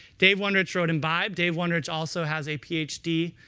dave wondrich wrote imbibe. dave wondrich also has a ph d.